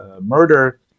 murder